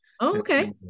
Okay